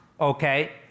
okay